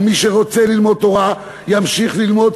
ומי שרוצה ללמוד תורה ימשיך ללמוד,